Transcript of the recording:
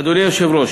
אדוני היושב-ראש,